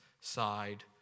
side